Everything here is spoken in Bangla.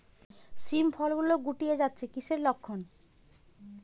শিম ফল গুলো গুটিয়ে যাচ্ছে কিসের লক্ষন?